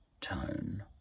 tone